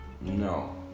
No